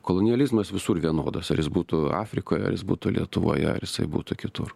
kolonializmas visur vienodos ar jis būtų afrikoj ar jis būtų lietuvoje ar jisai būtų kitur